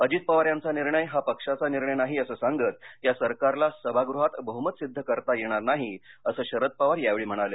अजित पवार यांचा निर्णय हा पक्षाचा निर्णय नाही असं सांगत या सरकारला सभागृहात बहमत सिद्ध करता येणार नाहीअस शरद पवार यावेळी म्हणाले